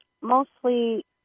mostly